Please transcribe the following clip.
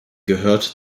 gehört